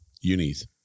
unis